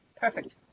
Perfect